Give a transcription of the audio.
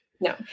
no